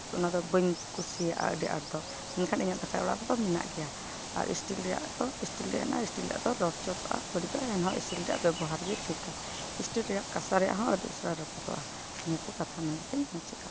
ᱚᱱᱟ ᱫᱚ ᱵᱟᱹᱧ ᱠᱩᱥᱤᱭᱟᱜᱼᱟ ᱟᱹᱰᱤ ᱟᱸᱴ ᱫᱚ ᱢᱮᱱᱠᱷᱟᱱ ᱤᱧᱟᱹᱜ ᱫᱟᱠᱟ ᱚᱲᱟᱜ ᱨᱮᱫᱚ ᱢᱮᱱᱟᱜ ᱜᱮᱭᱟ ᱟᱨ ᱤᱥᱴᱤᱞ ᱨᱮᱭᱟᱜ ᱫᱚ ᱤᱥᱴᱤᱞ ᱨᱮᱭᱟᱜ ᱦᱮᱱᱟᱜᱼᱟ ᱤᱥᱴᱤᱞ ᱨᱮᱭᱟᱜ ᱫᱚ ᱞᱚᱪᱚᱫᱚᱜᱼᱟ ᱵᱟᱹᱲᱤᱡᱚᱜᱼᱟ ᱮᱱᱨᱮᱦᱚᱸ ᱤᱥᱴᱤᱞ ᱨᱮᱭᱟᱜ ᱵᱮᱵᱚᱦᱟᱨ ᱜᱮ ᱴᱷᱤᱠᱟ ᱤᱥᱴᱤᱞ ᱨᱮᱭᱟᱜ ᱠᱟᱥᱟ ᱨᱮᱭᱟᱜ ᱦᱚᱸ ᱟᱹᱰᱤ ᱩᱥᱟᱹᱨᱟ ᱨᱟᱹᱯᱩᱫᱚᱜᱼᱟ ᱱᱤᱭᱟᱹ ᱠᱚ ᱠᱟᱛᱷᱟ ᱢᱮᱱ ᱠᱟᱛᱮᱫ ᱜᱤᱧ ᱢᱩᱪᱟᱹᱫ ᱠᱟᱜ ᱠᱟᱱᱟ